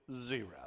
zero